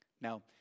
Now